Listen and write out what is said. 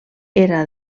era